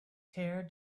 tear